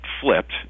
flipped